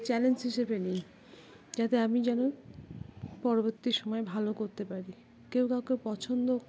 challenge হিসেবে নিই যাতে আমি যেন পরবর্তী সময় ভালো করতে পারি কেউ কাউকে পছন্দ